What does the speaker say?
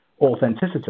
authenticity